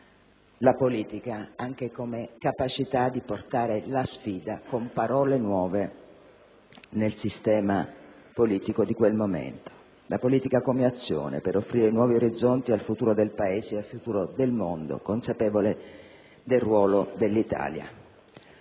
la politica anche come capacità di portare la sfida con parole nuove nel sistema politico di quel momento, la politica come azione per offrire nuovi orizzonti al futuro del Paese e al futuro del mondo, consapevole del ruolo dell'Italia.